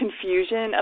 confusion